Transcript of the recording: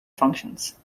functions